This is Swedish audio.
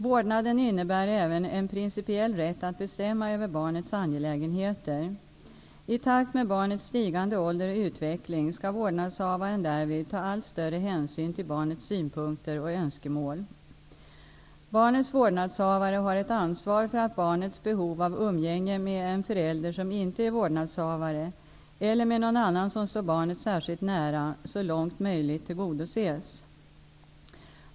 Vårdnaden innebär även en principiell rätt att bestämma över barnets angelägenheter. I takt med barnets stigande ålder och utveckling skall vårdnadshavaren därvid ta allt större hänsyn till barnets synpunkter och önskemål. Barnets vårdnadshavare har ett ansvar för att barnets behov av umgänge med en förälder som inte är vårdnadshavare eller med någon annan som står barnet särskilt nära så långt möjligt tillgodoses.